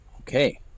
Okay